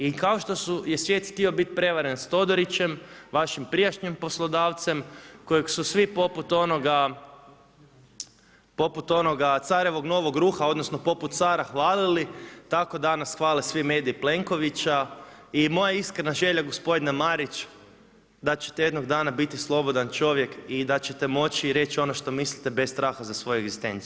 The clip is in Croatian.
I kao što je svijet htio biti prevaren s Todorićem, vašim prijašnjem poslodavcem, koji su svi poput onoga carevog novog ruha, odnosno, poput cara hvalili, tako danas hvale svi mediji Plenkovića i moja iskrena želja gospodine Marić, da ćete jednog dana biti slobodan čovjek i da ćete moći reći ono što mislite, bez straha za svoju egzistenciju.